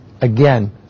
again